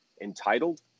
entitled